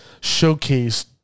showcase